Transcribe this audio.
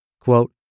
Quote